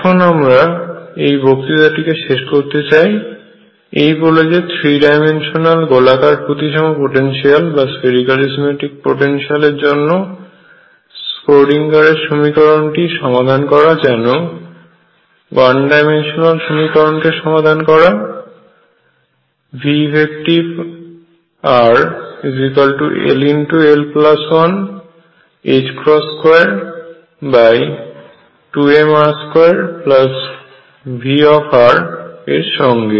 এখন আমরা এইবক্তৃতাটিকে শেষ করতে চাই এই বলে যে থ্রি ডাইমেনশনাল গোলাকার প্রতিসম পটেনশিয়ালের জন্য স্ক্রোডিঙ্গারের সমীকরণটিরSchrödinger equation সমাধান করা যেন ওয়ান ডাইমেনশনাল সমীকরণকে সমাধান করা veffrll122mr2V এর সঙ্গে